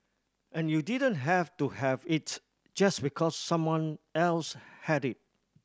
and you didn't have to have it just because someone else had it